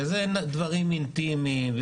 ואלה דברים אינטימיים,